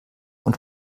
und